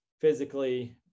physically